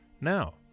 Now